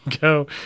go